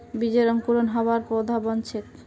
बीजेर अंकुरण हबार बाद पौधा बन छेक